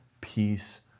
peace